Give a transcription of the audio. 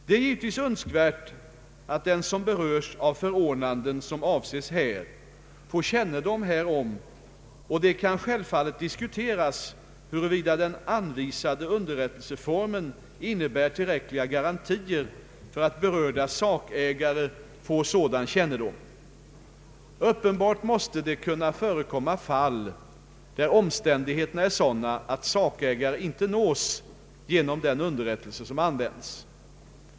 Det är givetvis önskvärt att den som berörs av förordnanden som avses här får kännedom härom, och det kan självfallet diskuteras huruvida den anvisade underrättelseformen innebär tillräckliga garantier för att berörda sakägare får sådan kännedom. Uppenbart måste det kunna förekomma fall, där omständigheterna är sådana att sakägare inte nås genom den underrättelse som använts.